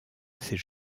ses